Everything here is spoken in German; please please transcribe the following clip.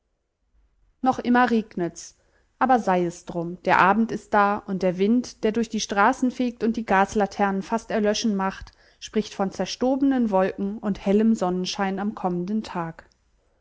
noch immer regnet's aber sei es drum der abend ist da und der wind der durch die straßen fegt und die gaslaternen fast erlöschen macht spricht von zerstobenen wolken und hellem sonnenschein am kommenden tag